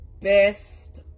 best